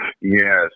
Yes